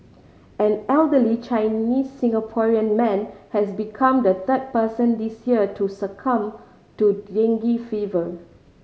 an elderly Chinese Singaporean man has become the third person this year to succumb to dengue fever